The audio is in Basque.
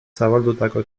zabaldutako